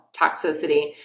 toxicity